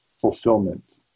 fulfillment